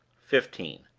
fifteen.